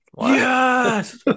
Yes